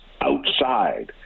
outside